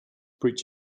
preach